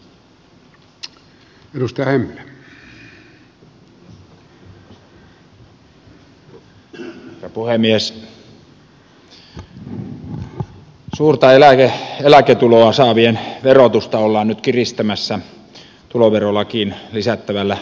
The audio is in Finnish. suurta eläketuloa saavien verotusta ollaan nyt kiristämässä tuloverolakiin lisättävällä lisäverolla